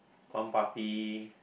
one party